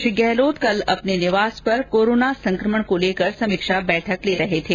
श्री गहलोत कल अपने निवास पर कोरोना संकमण को लेकर समीक्षा बैठक ले रहे थे